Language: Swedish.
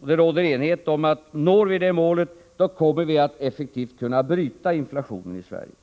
Det råder enighet om att når vi det målet, då kommer vi att effektivt kunna bryta inflationen i Sverige.